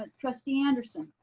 ah trustee anderson.